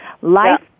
Life